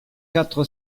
quatre